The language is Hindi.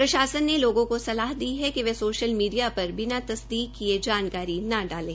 प्रशासन ने लोगों को सलाह दी है कि वे सोशल मीडिया पर बिना तसदीक किये जानकारी न डाले